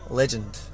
legend